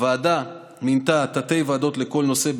הוועדה מינתה תת-ועדות לכל נושא,